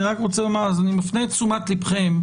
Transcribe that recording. אני רק רוצה לומר ולהפנות את תשומת ליבם,